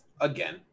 Again